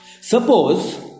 Suppose